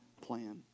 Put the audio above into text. plan